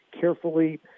carefully